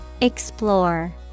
Explore